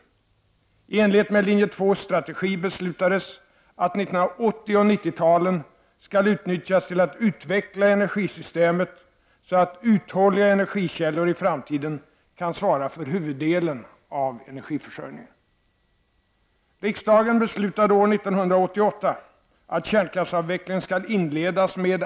I enlighet med linje 2:s strategi beslutades att 1980 och 1990 talen skall utnyttjas till att utveckla energisystemet så att uthålliga energikällor i framtiden kan svara för huvuddelen av energiförsörjningen.